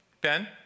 Ben